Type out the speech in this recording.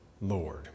Lord